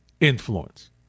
influence